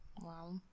Wow